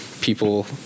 people